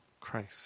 Christ